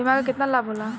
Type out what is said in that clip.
बीमा के केतना लाभ होला?